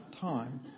time